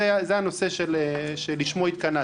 זה הנושא שלשמו התכנסנו.